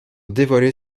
dévoiler